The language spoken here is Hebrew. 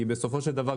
כי בסופו של דבר,